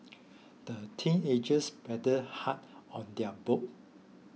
the teenagers paddled hard on their boat